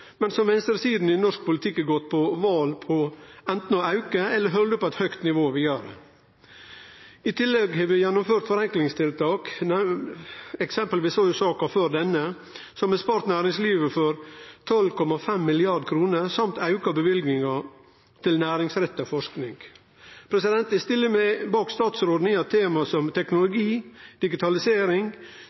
men som venstresida i norsk politikk har gått til val på anten å auke eller å halde på eit høgt nivå vidare. I tillegg har vi gjennomført forenklingstiltak – eksempel så vi i saka før denne – som har spart næringslivet for 12,5 mrd. kr, og auka løyvingane til næringsretta forsking. Eg stiller meg bak statsråden med omsyn til at teknologi, digitalisering,